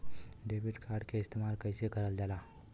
Debit card के इस्तेमाल कइसे करल जाला?